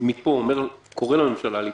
מפה לממשלה,